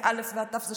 מאל"ף עד תי"ו,